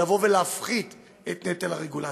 לבוא ולהפחית את נטל הרגולציה,